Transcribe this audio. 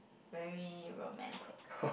very romantic